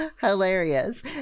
Hilarious